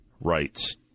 rights